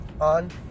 on